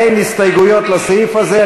אין הסתייגויות לסעיף הזה.